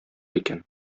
икән